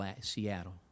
Seattle